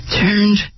turned